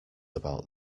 about